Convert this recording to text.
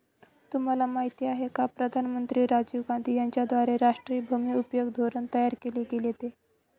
तुम्हाला माहिती आहे का प्रधानमंत्री राजीव गांधी यांच्याद्वारे राष्ट्रीय भूमि उपयोग धोरण तयार केल गेलं ते?